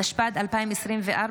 התשפ"ד 2024,